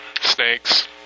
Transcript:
Snakes